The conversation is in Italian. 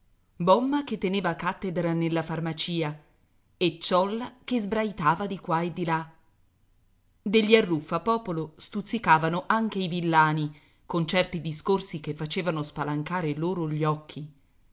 bomma che teneva cattedra nella farmacia e ciolla che sbraitava di qua e di là degli arruffapopolo stuzzicavano anche i villani con certi discorsi che facevano spalancare loro gli occhi